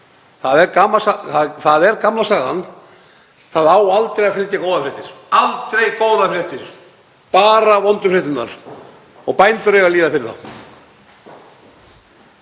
Það er gamla sagan, það á aldrei að flytja góðar fréttir. Aldrei góðar fréttir, bara vondar fréttir og bændur eiga að líða fyrir það.